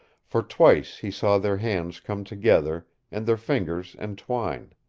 for twice he saw their hands come together, and their fingers entwine.